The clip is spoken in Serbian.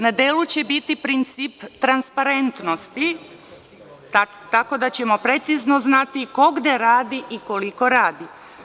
Na delu će biti princip transparentnosti, tako da ćemo precizno znati ko gde radi i koliko radi.